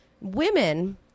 Women